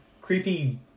creepy